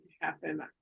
happen